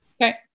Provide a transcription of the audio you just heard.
okay